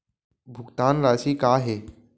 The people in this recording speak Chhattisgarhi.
भुगतान राशि का हे?